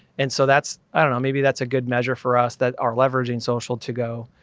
and so that's, i dunno, maybe that's a good measure for us that are leveraging social to go,